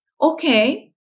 okay